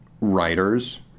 writers